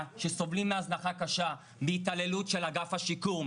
שסובלים מהזנחה קשה מהתעללות של אגף השיקום,